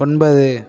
ஒன்பது